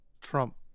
Trump